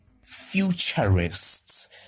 futurists